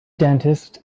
dentist